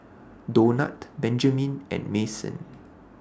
Donat Benjamin and Mason